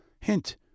Hint